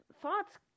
Thoughts